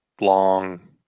long